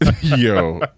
yo